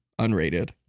unrated